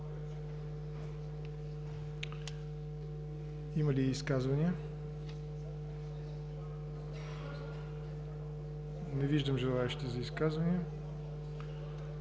Има ли изказвания? Не виждам желаещи за изказвания.